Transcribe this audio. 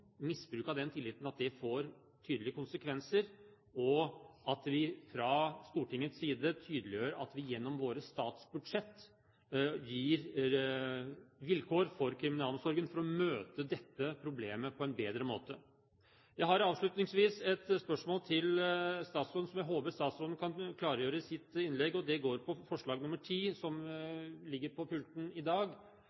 får tydelige konsekvenser, og at vi fra Stortingets side tydeliggjør at vi gjennom våre statsbudsjett gir vilkår til kriminalomsorgen for å møte dette problemet på en bedre måte. Jeg har avslutningsvis et spørsmål til statsråden som jeg håper han kan klargjøre i sitt innlegg. Det går på forslag nr. 10, som